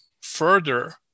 further